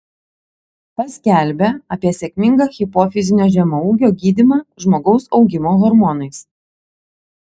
paskelbė apie sėkmingą hipofizinio žemaūgio gydymą žmogaus augimo hormonais